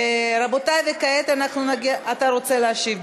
אתה רוצה להשיב.